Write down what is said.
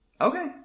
Okay